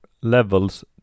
levels